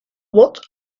what